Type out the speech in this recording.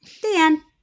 Dan